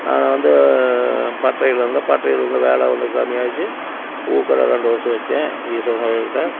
நான் வந்து பட்டறையில இருந்தேன் பட்டறையில வந்து வேலை வந்து கம்மியாயிடுச்சி பூக்கடை ரெண்டு வருஷம் வெச்சேன் ஈஸ்வரன் கோயில்ட்ட